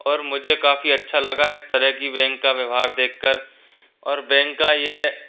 ओर मुझे काफ़ी अच्छा लगा इस तरह की बैंक का व्यवहार देखकर और बैंक का ये